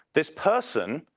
this person,